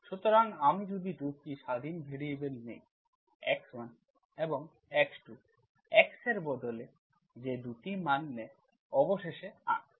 সুতরাং আমি যদি 2টি স্বাধীন ভ্যারিয়েবল নিই x1 এবং x2x এর বদলে যে 2টি মান নেয় অবশেষে R R